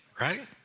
Right